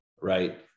Right